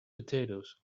potatoes